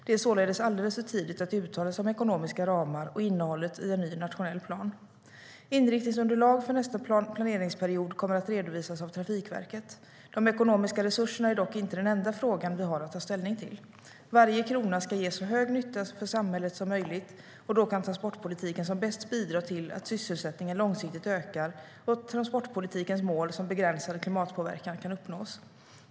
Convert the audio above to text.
Det är således alldeles för tidigt att uttala sig om ekonomiska ramar och innehållet i en ny nationell plan. Inriktningsunderlag för nästa planeringsperiod kommer att redovisas av Trafikverket. De ekonomiska resurserna är dock inte den enda frågan vi har att ta ställning till. Varje krona ska ge så stor nytta för samhället som möjligt. Då kan transportpolitiken som bäst bidra till att sysselsättningen långsiktigt ökar och att transportpolitikens mål, som begränsad klimatpåverkan, kan uppnås.